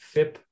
Fip